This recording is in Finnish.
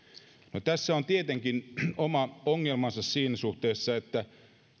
no tässä on tietenkin oma ongelmansa siinä suhteessa että